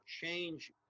change